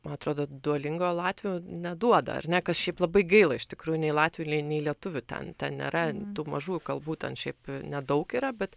man atrodo duolingo latvių neduoda ar ne kas šiaip labai gaila iš tikrųjų nei latvių nei nei lietuvių ten ten nėra tų mažųjų kalbų ten šiaip nedaug yra bet